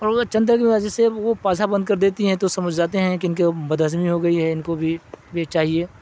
اور کی وجہ سے وہ پاسہ بند کر دیتی ہیں تو سمجھ جاتے ہیں کہ ان کو بدہضمی ہو گئی ہے ان کو بھی بھی چاہیے